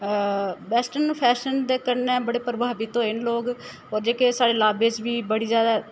western fashion दे कन्नै बड़े प्रभावित होऐ न लोक होर जोह्के साढ़े लाब्बे च बी बड़ी ज्यादा